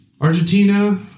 Argentina